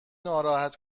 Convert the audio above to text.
ناراحت